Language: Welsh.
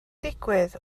digwydd